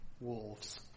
wolves